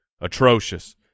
atrocious